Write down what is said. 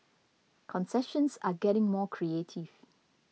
concessions are getting more creative